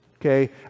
Okay